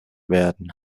werden